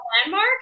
Landmark